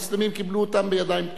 המוסלמים קיבלו אותם בידיים פתוחות,